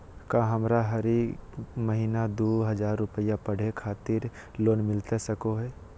का हमरा हरी महीना दू हज़ार रुपया पढ़े खातिर लोन मिलता सको है?